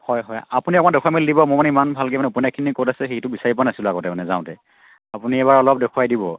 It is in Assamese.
হয় হয় আপুনি অকণ দেখুৱাই মেলি দিব মোৰ মানে ইমান ভালকৈ মানে উপন্যাসখিনি ক'ত আছে হেৰিটো বিচাৰি পোৱা নাছিলোঁ আগতে মানে যাওঁতে আপুনি এইবাৰ অলপ দেখুৱাই দিব